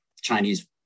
Chinese